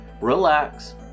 relax